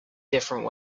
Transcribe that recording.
different